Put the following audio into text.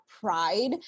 pride